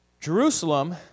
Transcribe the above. Jerusalem